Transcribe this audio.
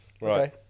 Right